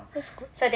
that's good